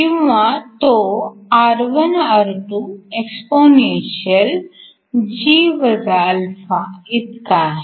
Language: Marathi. किंवा तो R1R2exp⁡g α इतका आहे